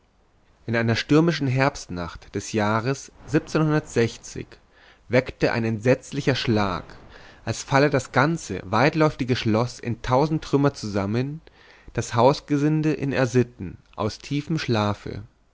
in einer stürmischen herbstnacht des jahres weckte ein entsetzlicher schlag als falle das ganze weitläuftige schloß in tausend trümmer zusammen das hausgesinde in r sitten aus tiefem schlafe